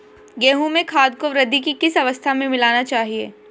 गेहूँ में खाद को वृद्धि की किस अवस्था में मिलाना चाहिए?